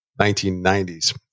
1990s